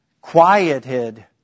quieted